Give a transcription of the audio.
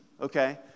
okay